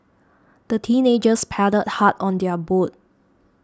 the teenagers paddled hard on their boat